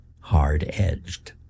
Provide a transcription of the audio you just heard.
hard-edged